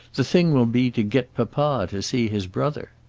the thing will be to get papa to see his brother.